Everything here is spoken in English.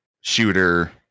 shooter